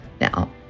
now